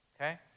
okay